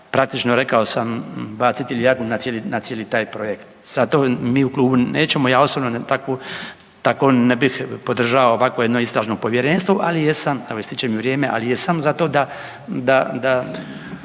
praktično rekao sam baciti ljagu na cijeli taj projekt. Zato mi u klubu nećemo, ja osobno takvu, tako ne bi podržao ovakvo jedno istražno povjerenstvo, ali jesam, evo ističe mi vrijeme, ali jesam za to da